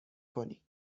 کنی